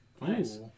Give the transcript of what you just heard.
Nice